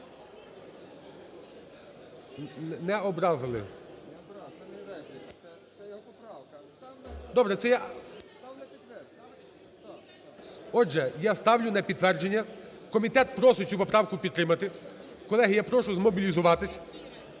не образили. Добре. Отже, я ставлю на підтвердження, комітет просить цю поправку підтримати. Колеги, я прошу змобілізуватись,